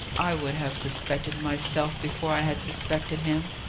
i would have suspected myself before i had suspected him,